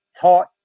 taught